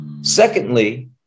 secondly